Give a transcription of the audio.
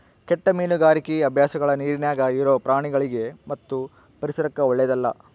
ಕೆಟ್ಟ ಮೀನುಗಾರಿಕಿ ಅಭ್ಯಾಸಗಳ ನೀರಿನ್ಯಾಗ ಇರೊ ಪ್ರಾಣಿಗಳಿಗಿ ಮತ್ತು ಪರಿಸರಕ್ಕ ಓಳ್ಳೆದಲ್ಲ